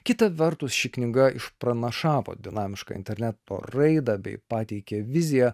kita vertus ši knyga išpranašavo dinamišką intelekto raidą bei pateikė viziją